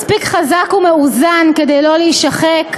מספיק חזק ומאוזן כדי לא להישחק,